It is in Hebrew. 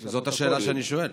זו השאלה שאני שואל.